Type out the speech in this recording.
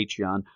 Patreon